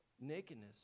nakedness